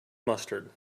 mustard